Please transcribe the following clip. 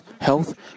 health